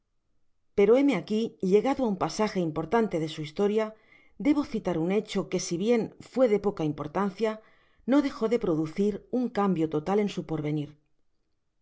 pero héme aqui llegado á un pasaje importante de su historia debo citar un hecho que si bien fué de poca importancia no dejo de producir un cambio total en su porvenir